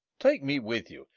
take me with you,